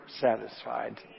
satisfied